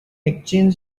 exchanged